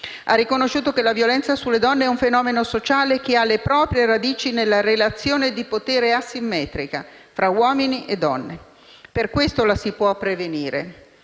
Ha riconosciuto che la violenza sulle donne è un fenomeno sociale che ha le proprie radici nella relazione di potere asimmetrica fra uomini e donne. Per questo la si può prevenire,